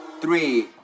three